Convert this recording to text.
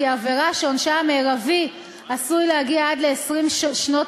כי עבירה שעונשה המרבי עשוי להגיע עד ל-20 שנות